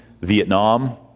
Vietnam